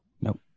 Nope